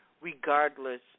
regardless